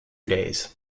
days